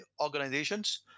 organizations